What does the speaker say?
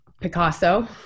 picasso